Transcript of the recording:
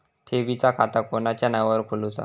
ठेवीचा खाता कोणाच्या नावार खोलूचा?